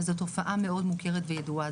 וזו תופעה מאוד מוכרת וידועה,